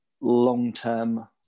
long-term